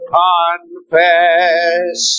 confess